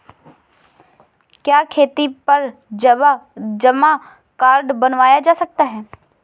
क्या खेती पर जॉब कार्ड बनवाया जा सकता है?